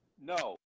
no